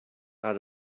out